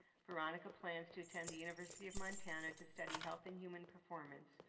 veronica plans to attend the university of montana to study health in human performance.